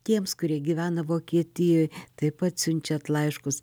tiems kurie gyvena vokietijoj taip pat siunčiat laiškus